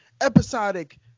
episodic